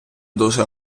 дуже